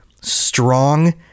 strong